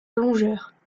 plongeurs